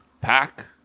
pack